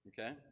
okay